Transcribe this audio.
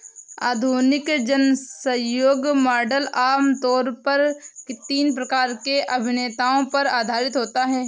आधुनिक जनसहयोग मॉडल आम तौर पर तीन प्रकार के अभिनेताओं पर आधारित होता है